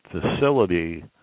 facility